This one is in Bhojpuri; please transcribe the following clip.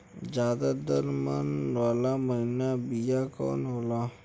ज्यादा दर मन वाला महीन बिया कवन होला?